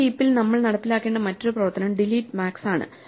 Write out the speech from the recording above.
ഒരു ഹീപ്പിൽ ൽ നമ്മൾ നടപ്പിലാക്കേണ്ട മറ്റൊരു പ്രവർത്തനം ഡിലീറ്റ് മാക്സ് ആണ്